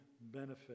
benefit